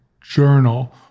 journal